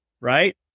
right